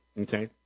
Okay